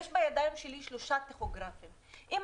יש בידיים שלי שלושה טכוגרפים.